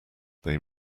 they